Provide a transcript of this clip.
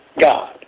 God